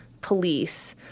police